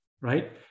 right